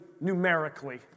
numerically